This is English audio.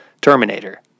Terminator